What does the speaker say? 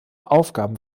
aufgaben